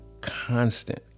constant